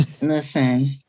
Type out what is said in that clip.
Listen